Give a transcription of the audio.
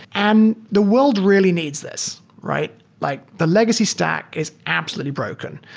and the world really needs this, right? like the legacy stack is absolutely broken.